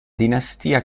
dinastia